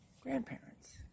grandparents